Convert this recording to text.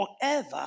forever